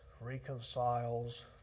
reconciles